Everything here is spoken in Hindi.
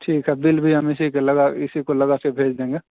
ठीक है बिल भी हम इसी के लगा इसी को लगा कर भेज देंगे